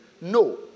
No